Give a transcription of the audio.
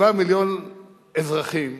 7 מיליון אזרחים.